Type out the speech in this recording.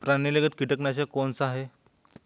प्रणालीगत कीटनाशक कौन सा है?